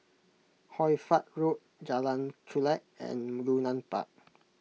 Hoy Fatt Road Jalan Chulek and Yunnan Park